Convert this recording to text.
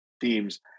themes